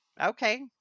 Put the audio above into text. okay